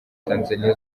tanzania